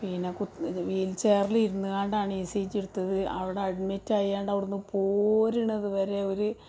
പിന്നെ വീൽചെയറിൽ ഇരുന്നുകൊണ്ടാണ് ഇ സി ജി എടുത്തത് അവിടെ അഡ്മിറ്റായിക്കൊണ്ട് അവിടുന്ന് പോരുന്നത് വരെ ഒരു